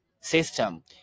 system